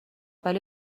ولی